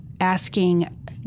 asking